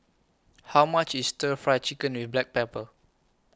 How much IS Stir Fry Chicken with Black Pepper